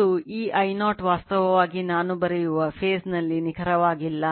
ಅದು ಈ I0 ವಾಸ್ತವವಾಗಿ ನಾನು ಬರೆಯುವ ಫೇಸ್ ನಲ್ಲಿ ನಿಖರವಾಗಿಲ್ಲ